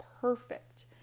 perfect